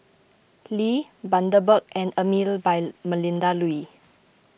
Lee Bundaberg and Emel by Melinda Looi